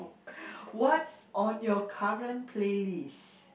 what's on your current playlist